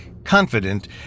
confident